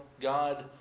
God